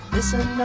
Listen